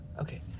okay